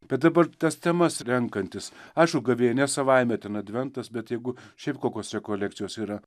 bet dabar tas temas renkantis aišku gavėnia savaime ten adventas bet jeigu šiaip kokios rekolekcijos yra